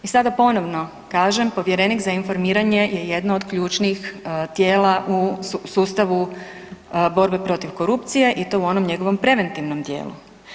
I sada ponovno kažem, povjerenik za informiranje je jedno od ključnih tijela u sustavu borbe protiv korupcije i to u onom njegovom preventivnom dijelu.